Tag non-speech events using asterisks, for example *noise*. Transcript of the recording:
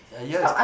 a year is *noise*